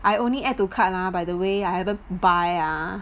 I only add to cart ah by the way I haven't buy ah